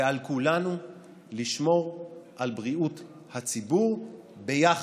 ועל כולנו לשמור על בריאות הציבור ביחד,